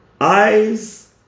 Eyes